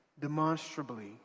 demonstrably